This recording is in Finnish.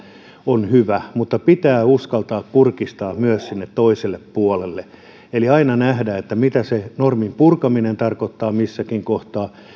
on hyvä mutta pitää uskaltaa kurkistaa myös sinne toiselle puolelle eli aina nähdä mitä se normin purkaminen tarkoittaa missäkin kohtaa